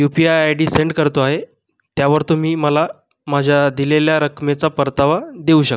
U P I I D send करतो आहे त्यावर तुम्ही मला माझ्या दिलेल्या रकमेचा परतावा देऊ शकता